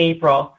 April